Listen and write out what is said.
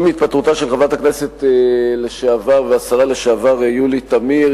עם התפטרותה של חברת הכנסת לשעבר והשרה לשעבר יולי תמיר,